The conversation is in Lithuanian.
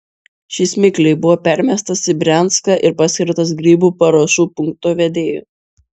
šis mikliai buvo permestas į brianską ir paskirtas grybų paruošų punkto vedėju